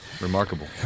remarkable